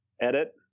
edit